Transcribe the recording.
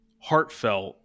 heartfelt